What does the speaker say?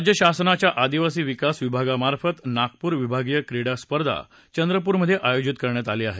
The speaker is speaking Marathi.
राज्य शासनाच्या आदिवासी विकास विभागामार्फत नागपूर विभागीयक्रीडा स्पर्धा चंद्रपूरमधे आयोजित करण्यात आली आहे